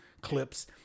clips